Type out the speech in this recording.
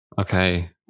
Okay